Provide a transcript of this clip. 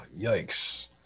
yikes